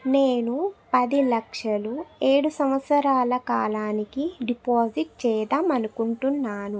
నేను పది లక్షలు ఏడు సంవత్సరాల కాలానికి డిపాజిట్ చేద్దాం అనుకుంటున్నాను